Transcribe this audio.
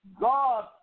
God